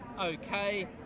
okay